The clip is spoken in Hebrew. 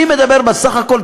אני מדבר בסך הכול,